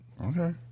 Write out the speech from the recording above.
Okay